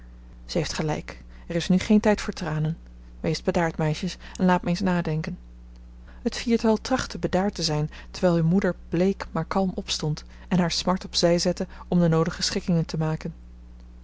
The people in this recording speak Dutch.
ze heeft gelijk er is nu geen tijd voor tranen weest bedaard meisjes en laat me eens nadenken het viertal trachtte bedaard te zijn terwijl hun moeder bleek maar kalm opstond en haar smart op zij zette om de noodige schikkingen te maken